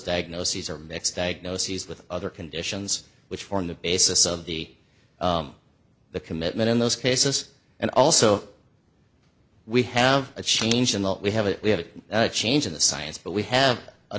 diagnoses are mixed diagnoses with other conditions which form the basis of the the commitment in those cases and also we have a change in that we have it we have a change in the science but we have a